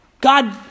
God